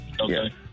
Okay